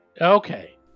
Okay